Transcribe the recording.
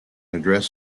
address